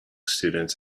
students